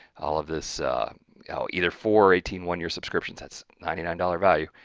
all of this either four or eighteen one-year subscription. that's ninety nine dollars value.